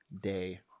day